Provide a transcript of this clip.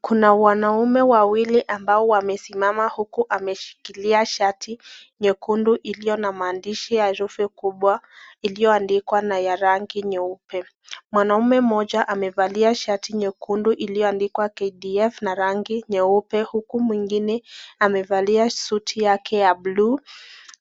Kuna wanaume wawili ambao wanasimama huku wameshikilia shati nyekundu iliyo na maandishi ya shofe kubwa, iliyo andikwa na rangi nyeupe. Mwanaume moja amevalia shati nyekundu iliyo andikwa kdf na rangi nyeupe huku mwingine amevalia suti yake ya blue